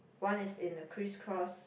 one is in the crisscross